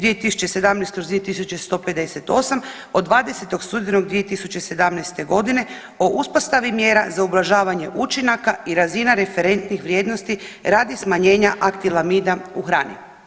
2158 od 20. studenog 2017. godine o uspostavi mjera za ublažavanje učinaka i razina referentnih vrijednosti radi smanjenja aktilamida u hrani.